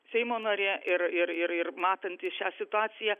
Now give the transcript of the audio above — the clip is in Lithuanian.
seimo narė ir ir ir ir matanti šią situaciją